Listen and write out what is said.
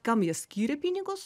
kam jie skyrė pinigus